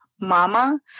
mama